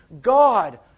God